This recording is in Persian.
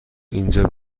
اینجا